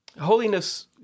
Holiness